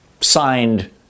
signed